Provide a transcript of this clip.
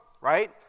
Right